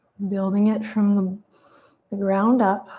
building it from the ground up.